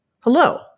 Hello